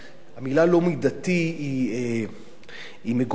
המלה "לא מידתי" היא מגוחכת,